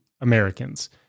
Americans